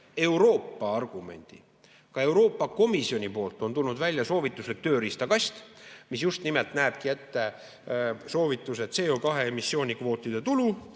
Euroopa argumendi. Ka Euroopa Komisjoni poolt on tulnud välja soovituslik tööriistakast, mis just nimelt näebki ette soovitused CO2emissiooni kvootide tulu